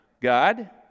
God